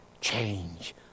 change